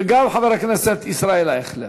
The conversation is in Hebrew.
וגם חבר הכנסת ישראל אייכלר.